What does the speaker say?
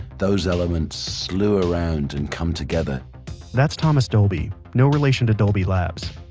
those elements slew around and come together that's thomas dolby. no relation to dolby labs.